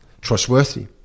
trustworthy